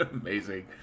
Amazing